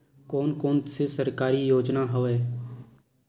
कोन कोन से सरकारी योजना हवय?